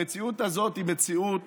המציאות הזאת היא מציאות